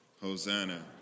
Hosanna